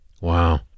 wow